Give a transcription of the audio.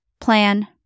plan